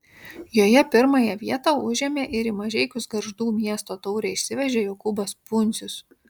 joje pirmąją vietą užėmė ir į mažeikius gargždų miesto taurę išsivežė jokūbas pundzius